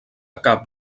cap